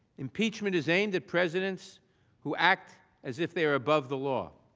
impeachment is aimed at presidents who act as if they are above the law.